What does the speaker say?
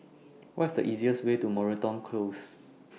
What IS The easiest Way to Moreton Close